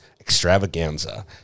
Extravaganza